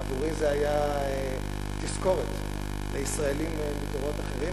עבורי זה היה תזכורת על ישראלים מדורות אחרים.